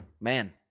Man